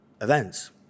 events